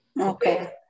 Okay